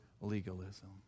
legalism